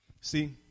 See